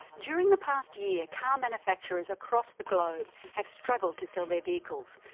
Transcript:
during the past year, car manufacturers across the globe have struggled to sell their vehicles,